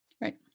right